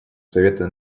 совета